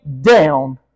down